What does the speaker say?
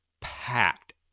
packed